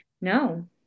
No